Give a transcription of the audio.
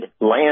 land